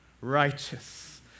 righteous